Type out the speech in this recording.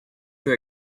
too